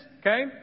Okay